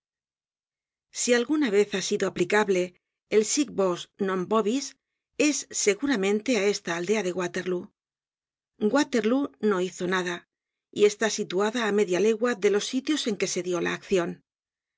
si alguna vez ha sido aplicable el sic vos non vobis es seguramente á esta aldea de waterlóo waterlóo no hizo nada y está situada á media legua de los sitios en que se dió la accion